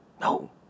no